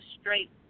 straight